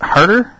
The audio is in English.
Harder